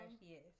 yes